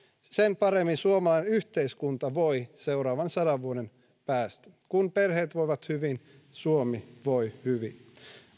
sen paremmin suomalainen yhteiskunta voi seuraavan sadan vuoden päästä kun perheet voivat hyvin suomi voi hyvin